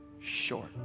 short